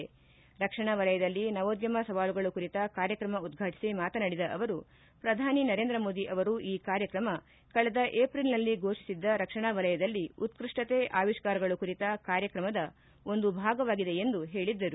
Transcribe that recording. ರಕ್ಷಣಾ ವಲಯದಲ್ಲಿ ನವೋದ್ಯಮ ಸವಾಲುಗಳು ಕುರಿತ ಕಾರ್ಯಕ್ರಮ ಉದ್ಘಾಟಿಸಿ ಮಾತನಾಡಿದ ಅವರು ಪ್ರಧಾನಿ ನರೇಂದ್ರ ಮೋದಿ ಅವರು ಈ ಕಾರ್ಯಕ್ರಮ ಕಳೆದ ಏಪ್ರಿಲ್ನಲ್ಲಿ ಘೋಷಿಸಿದ್ದ ರಕ್ಷಣಾ ವಲಯದಲ್ಲಿ ಉತ್ತಷ್ಟತೆ ಆವಿಷ್ಕಾರಗಳು ಕುರಿತ ಕಾರ್ಯಕ್ರಮದ ಒಂದು ಭಾಗವಾಗಿದೆ ಎಂದು ಹೇಳಿದರು